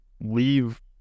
leave